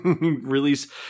release